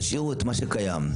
תשאירו את מה שקיים.